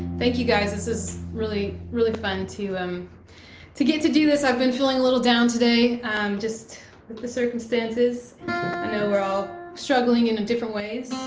thank you, guys. this is really really fun to um to get to do this. i've been feeling a little down today just with the circumstances. i know we're all struggling in different ways.